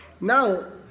Now